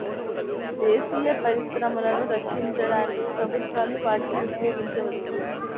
దేశీయ పరిశ్రమలను రక్షించడానికి ప్రభుత్వాలు వాటిని ఉపయోగించవచ్చు